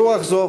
ברוח זו